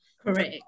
correct